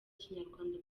kinyarwanda